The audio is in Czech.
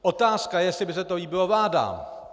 Otázka je, jestli by se to líbilo vládám!